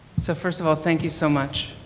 so first of all thank you so much.